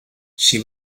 she